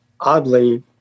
Oddly